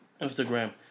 Instagram